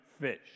fish